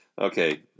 Okay